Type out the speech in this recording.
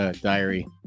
diary